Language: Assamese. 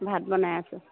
ভাত বনাই আছো